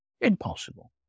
Impossible